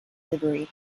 livery